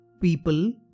people